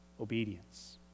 obedience